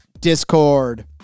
discord